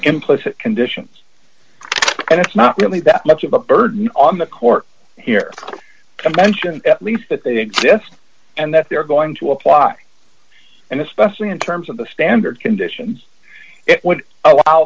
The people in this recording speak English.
implicit conditions and it's not really that much of a burden on the court here to mention at least that they exist and that d they're going to apply and especially in terms of the standard conditions it would allow